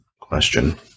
question